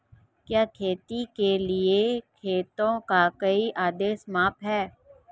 क्या खेती के लिए खेतों का कोई आदर्श माप है?